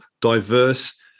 diverse